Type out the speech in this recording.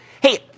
Hey